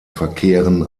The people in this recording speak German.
verkehren